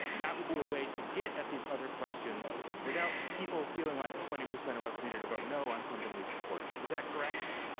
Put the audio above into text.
that would be a way to get to these other questions without people feeling like twenty percent of ups needed to vote no on something we supported. is that correct?